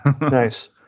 Nice